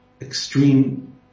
extreme